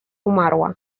umarła